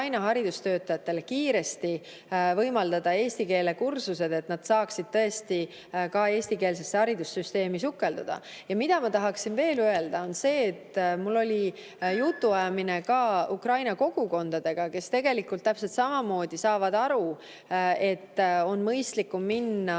haridustöötajatele kiiresti võimaldada eesti keele kursusi, et nad saaksid eestikeelsesse haridussüsteemi sukelduda. Ma tahaksin veel öelda seda, et mul oli jutuajamine ukraina kogukondadega, kes tegelikult täpselt samamoodi saavad aru, et on mõistlikum minna